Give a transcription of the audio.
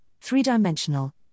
three-dimensional